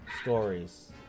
stories